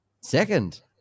Second